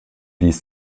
dies